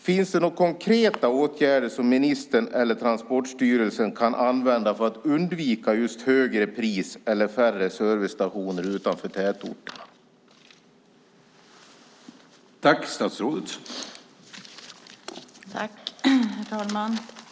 Finns det några konkreta åtgärder som ministern eller Transportstyrelsen kan vidta för att undvika högre pris eller färre servicestationer utanför tätorterna?